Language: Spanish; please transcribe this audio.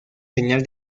señal